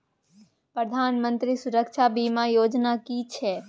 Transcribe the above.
प्रधानमंत्री सुरक्षा बीमा योजना कि छिए?